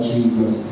Jesus